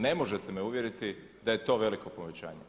Ne možete me uvjeriti da je to veliko povećanje.